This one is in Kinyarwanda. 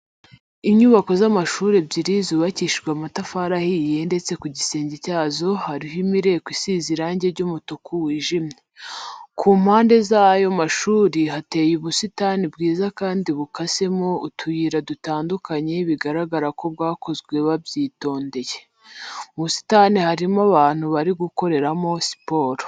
Inyubako z'amashuri ebyiri zubakishijwe amatafari ahiye ndetse ku gisenge cyazo hariho imireko isize irange ry'umutuku wijimye. Ku mpanze z'ayo mashuri hateye ubusitani bwiza kandi bukasemo utuyira dutandukanye bigaragara ko bwakozwe babyitondeye. Mu busitani harimo abantu bari gukoreramo siporo.